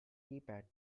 keypad